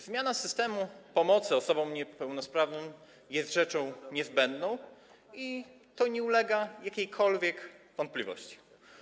Zmiana systemu pomocy osobom niepełnosprawnym jest rzeczą niezbędną i to nie ulega żadnej wątpliwości.